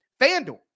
FanDuel